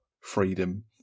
freedom